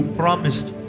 promised